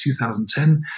2010